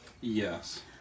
Yes